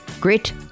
grit